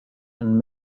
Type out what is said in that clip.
and